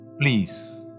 please